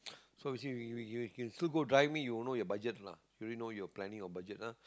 so you can~ you still go driving you know your budget lah do you know your planning your budget ah